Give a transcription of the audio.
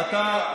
מה עם הסקרים?